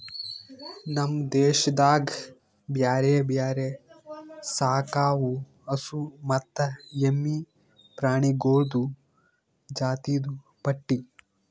ನಮ್ ದೇಶದಾಗ್ ಬ್ಯಾರೆ ಬ್ಯಾರೆ ಸಾಕವು ಹಸು ಮತ್ತ ಎಮ್ಮಿ ಪ್ರಾಣಿಗೊಳ್ದು ಜಾತಿದು ಪಟ್ಟಿ